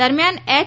દરમિયાન એચ